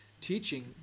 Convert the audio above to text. teaching